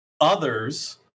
others